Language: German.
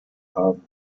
haben